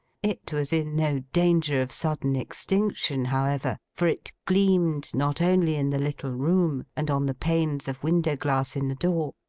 it was in no danger of sudden extinction, however for it gleamed not only in the little room, and on the panes of window-glass in the door,